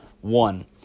one